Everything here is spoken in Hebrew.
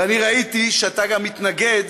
ואני ראיתי שאתה גם מתנגד